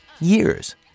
years